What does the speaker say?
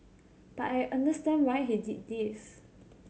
but I understand why he did this